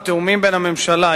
התיאומים בין הממשלה,